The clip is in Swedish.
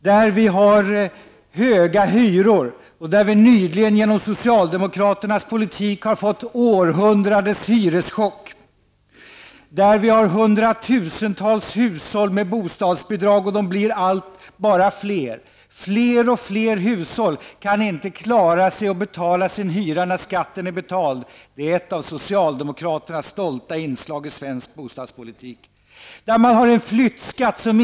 Hyrorna är höga, och vi har nyligen på grund av socialdemokraternas politik fått århundradets hyreschock. Hundratusentals hushåll har bostadsbidrag, och de blir bara fler. Fler och fler hushåll kan inte klara sig och betala sin hyra, när skatten är betald -- det är ett av de stoltaste inslagen i socialdemokratisk bostadspolitik!